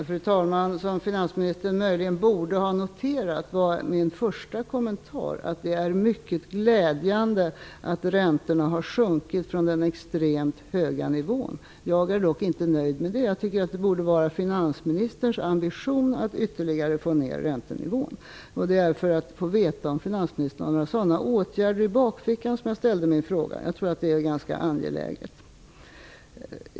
Fru talman! Som finansministern möjligen borde ha noterat var min första kommentar att det är mycket glädjande att räntorna har sjunkit från den extremt höga nivån. Jag är dock inte nöjd med det. Jag tycker att det borde vara finansministerns ambition att ytterligare få ner räntenivån. Det är för att få veta om finansministern har några sådana åtgärder i bakfickan som jag ställde min fråga. Jag tror att det är ganska angeläget.